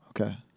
Okay